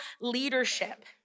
leadership